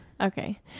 okay